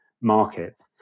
market